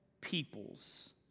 peoples